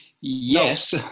Yes